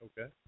Okay